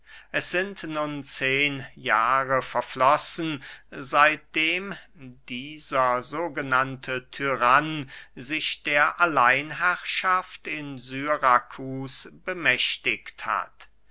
es sind nun zehn jahre verflossen seitdem dieser sogenannte tyrann sich der alleinherrschaft in syrakus bemächtigt hat